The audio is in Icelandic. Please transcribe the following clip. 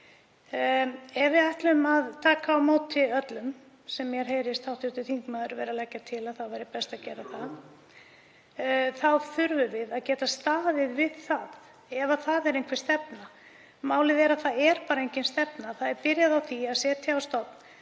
ef við ætlum að taka á móti öllum, sem mér heyrist hv. þingmaður vera að leggja til, það væri best að gera það, þá þurfum við að geta staðið við það ef það er einhver stefna. Málið er að það er bara engin stefna. Byrjað er á að setja á stofn